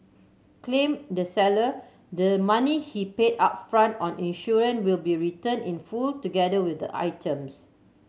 claimed the seller the money he paid upfront on insurance will be returned in full together with the items